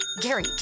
Gary